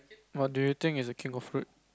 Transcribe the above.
what do you think is the king of fruit